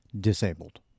disabled